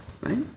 Right